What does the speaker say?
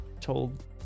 told